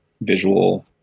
visual